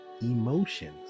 emotions